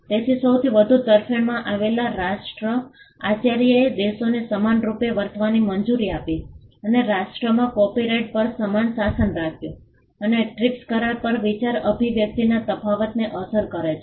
તેથી સૌથી વધુ તરફેણમાં આવેલા રાષ્ટ્ર આચાર્યએ દેશોને સમાન રૂપે વર્તવાની મંજૂરી આપી અને રાષ્ટ્રમાં કોપિરાઇટ પર સમાન શાસન રાખ્યું અને ટ્રીપ્સ કરાર પણ વિચાર અભિવ્યક્તિના તફાવતને અસર કરે છે